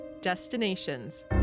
Destinations